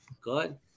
Good